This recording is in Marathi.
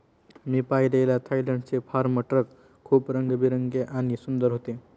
मी पाहिलेले थायलंडचे फार्म ट्रक खूप रंगीबेरंगी आणि सुंदर होते